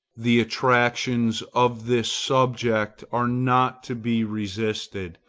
the attractions of this subject are not to be resisted,